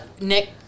Nick